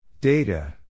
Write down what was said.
Data